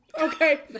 Okay